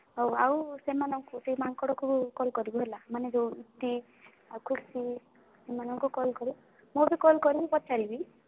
ଆଉ ସେମାନଙ୍କୁ ସେଇ ମାଙ୍କଡ଼କୁ କଲ୍ କରିବୁ ହେଲା ମାନେ ଯେଉଁ ଇତି ଆଉ ଖୁସି ଏମାନଙ୍କୁ କଲ୍ କରେ ମୁଁ ବି କଲ୍ କରିକି ପଚାରିବି